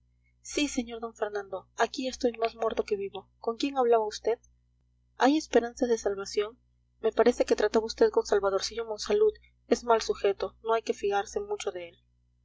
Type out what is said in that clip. sí sr d fernando aquí estoy más muerto que vivo con quién hablaba vd hay esperanzas de salvación me parece que trataba vd con salvadorcillo monsalud es mal sujeto no hay que fiarse mucho de él